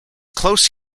close